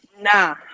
Nah